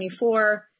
24